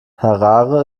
harare